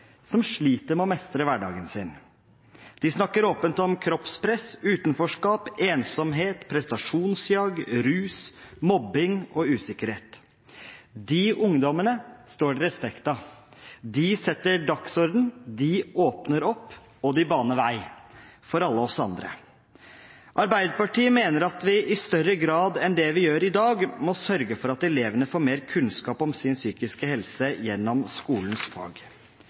som sliter med å mestre hverdagen sin. De snakker åpent om kroppspress, utenforskap, ensomhet, prestasjonsjag, rus, mobbing og usikkerhet. De ungdommene står det respekt av. De setter dagsordenen, de åpner opp, og de baner vei for alle oss andre. Arbeiderpartiet mener at vi i større grad enn det vi gjør i dag, må sørge for at elevene får mer kunnskap om sin psykiske helse gjennom skolens fag.